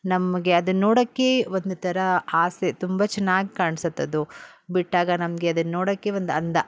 ನಮಗೆ ಅದನ್ನು ನೋಡೋಕ್ಕೆ ಒಂದು ಥರ ಆಸೆ ತುಂಬ ಚೆನ್ನಾಗಿ ಕಾಣ್ಸುತ್ತೆದು ಬಿಟ್ಟಾಗ ನಮಗೆ ಅದನ್ನು ನೋಡೋಕ್ಕೆ ಒಂದು ಅಂದ